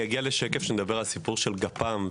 אני אגיע לשקף שמדבר על הסיפור של גפ"מ,